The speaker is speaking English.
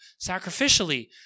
sacrificially